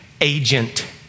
agent